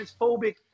transphobic